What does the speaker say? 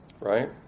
right